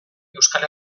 euskal